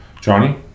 Johnny